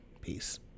Peace